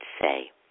say